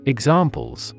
Examples